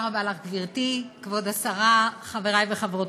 תודה רבה לך, גברתי, כבוד השרה, חברי וחברותי,